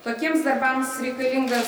tokiems darbams reikalingas